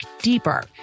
deeper